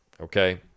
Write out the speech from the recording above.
Okay